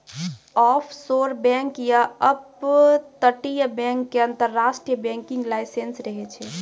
offshore bank या अपतटीय bank के अंतरराष्ट्रीय बैंकिंग लाइसेंस रहै छै